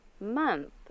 month